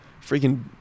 freaking